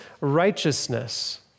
righteousness